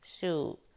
Shoot